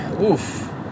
oof